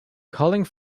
calling